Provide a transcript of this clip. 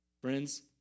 Friends